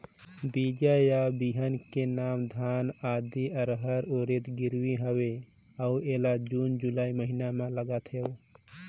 बीजा या बिहान के नवा धान, आदी, रहर, उरीद गिरवी हवे अउ एला जून जुलाई महीना म लगाथेव?